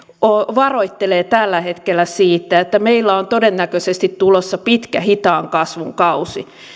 varoittelevat tällä hetkellä siitä että meillä on todennäköisesti tulossa pitkä hitaan kasvun kausi